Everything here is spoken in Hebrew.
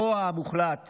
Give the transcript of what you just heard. הרוע המוחלט